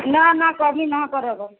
ना ना कमी ना करब हम